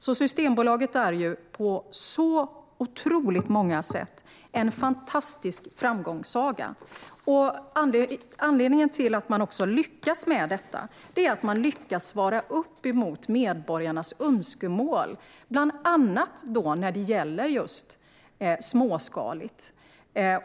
Systembolaget är alltså på otroligt många sätt en fantastisk framgångssaga, och anledningen till att man också lyckas med detta är att man lyckas svara upp mot medborgarnas önskemål bland annat när det gäller just det småskaliga.